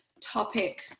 topic